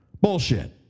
Bullshit